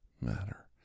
matter